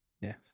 Yes